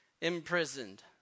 imprisoned